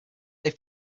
they